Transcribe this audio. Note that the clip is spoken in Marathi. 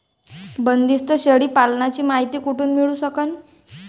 बंदीस्त शेळी पालनाची मायती कुठून मिळू सकन?